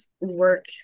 work